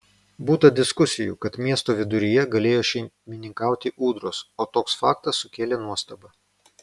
būta diskusijų kad miesto viduryje galėjo šeimininkauti ūdros o toks faktas sukėlė nuostabą